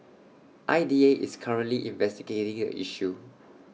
I D A is currently investigating A issue